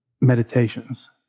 meditations